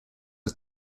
are